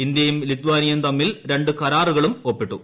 ഇന്ത്യയും ലിത്വാനിയയും തമ്മിൽ രണ്ടു കരാറുകളും ഒപ്പിട്ടു